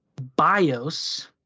bios